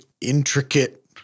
intricate